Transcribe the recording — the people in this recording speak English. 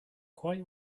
quite